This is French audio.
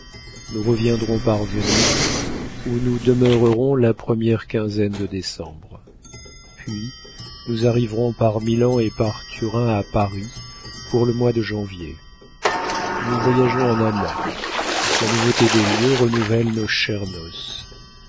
nous reviendrons par venise où nous demeurerons la première quinzaine de décembre puis nous arriverons par milan et par turin à paris pour le mois de janvier nous voyageons en amants la nouveauté des lieux renouvelle nos chères